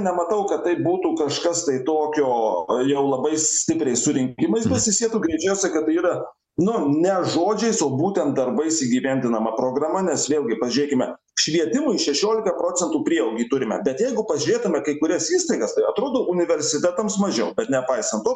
nematau kad tai būtų kažkas tai tokio jau labai stipriai su rinkimais susisietų greičiausiai yra nu ne žodžiais o būtent darbais įgyvendinama programa nes vėlgi pažiūrėkime švietimui šešiolika procentų prieaugį turime bet jeigu pažiūrėtume kai kurias įstaigas tai atrodo universitetams mažiau bet nepaisant to